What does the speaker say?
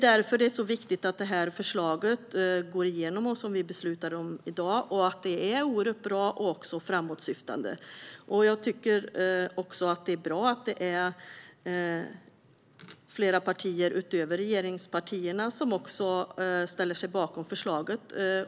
Därför är det viktigt att detta förslag går igenom i dag. Det är ett bra och framåtsyftande förslag. Det gläder mig att flera partier utöver regeringspartierna ställer sig bakom förslaget.